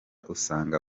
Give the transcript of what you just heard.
usanga